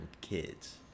Kids